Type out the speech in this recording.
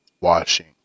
washing